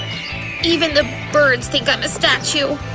even the birds think i'm a statue!